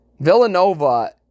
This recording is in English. Villanova